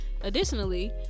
Additionally